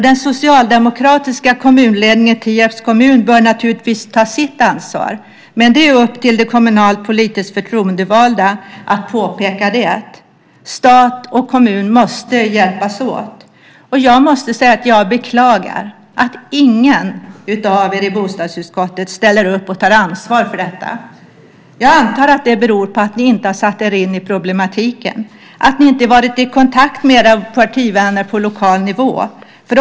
Den socialdemokratiska kommunledningen i Tierps kommun bör naturligtvis ta sitt ansvar, men det är upp till de kommunalpolitiskt förtroendevalda att påpeka det. Stat och kommun måste hjälpas åt. Jag beklagar att ingen av er i bostadsutskottet ställer upp och tar ansvar för detta. Jag antar att det beror på att ni inte satt er in i problematiken, att ni inte varit i kontakt med era partivänner på lokal nivå.